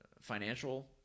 financial